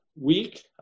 week